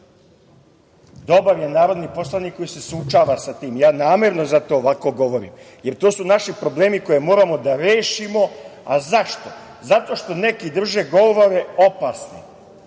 dobar je narodni poslanik koji se suočava sa tim. Ja namerno zato ovako govorim, jer to su naši problemi koje moramo da rešimo. A zašto? Zato što neki drže govore opasne.